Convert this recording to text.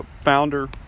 founder